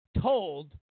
told